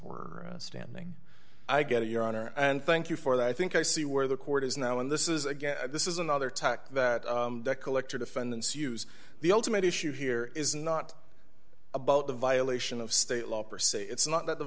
a standing i get your honor and thank you for that i think i see where the court is now and this is again this is another tack that debt collector defendants use the ultimate issue here is not about the violation of state law for say it's not that the